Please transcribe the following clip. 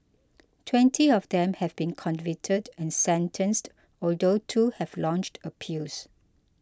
twenty of them have been convicted and sentenced although two have launched appeals